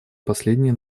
последние